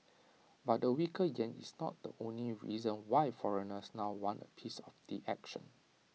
but the weaker Yen is not the only reason why foreigners now want A piece of the action